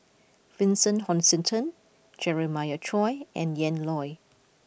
Vincent Hoisington Jeremiah Choy and Ian Loy